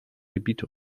gebiete